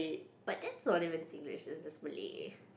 but then that's not even Singlish is just Malay